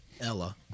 Ella